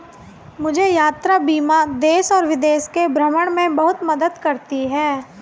मुझे यात्रा बीमा देश और विदेश के भ्रमण में बहुत मदद करती है